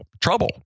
trouble